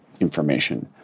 information